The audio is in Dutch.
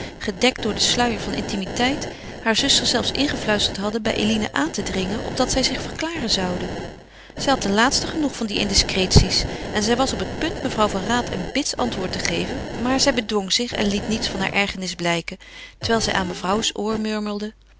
gedekt door den sluier van intimiteit haar zuster zelfs ingefluisterd hadden bij eline aan te dringen opdat zij zich verklaren zoude zij had ten laatste genoeg van die indiscreties en zij was op het punt mevrouw van raat een bits antwoord te geven maar zij bedwong zich en liet niets van haar ergernis blijken terwijl zij aan mevrouws oor